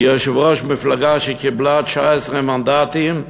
כיושב-ראש מפלגה שקיבלה 19 מנדטים,